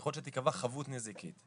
וככל שתיקבע חבות נזיקית.